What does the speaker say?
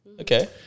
Okay